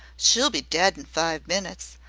she'll be dead in five minits.